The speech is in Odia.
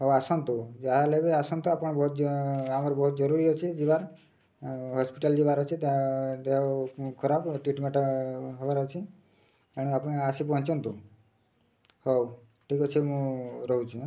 ହଉ ଆସନ୍ତୁ ଯାହାହେଲେ ବି ଆସନ୍ତୁ ଆପଣ ବହୁତ ଆମର ବହୁତ ଜରୁରୀ ଅଛି ଯିବାର ହସ୍ପିଟାଲ୍ ଯିବାର ଅଛି ଦେହ ଖରାପ ଟ୍ରିଟ୍ମେଣ୍ଟ ହେବାର ଅଛି ଆପଣ ଆସି ପହଁଞ୍ଚନ୍ତୁ ହଉ ଠିକ୍ ଅଛି ମୁଁ ରହୁଛି